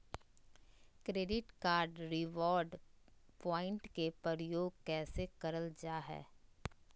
Credit card reward point के प्रयोग कैसे करल जा है?